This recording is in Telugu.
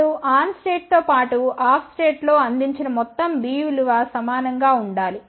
ఇప్పుడు ఆన్ స్టేట్ తో పాటు ఆఫ్ స్టేట్ లో అందించిన మొత్తం B విలువ సమానం గా ఉండాలి